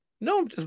No